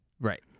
right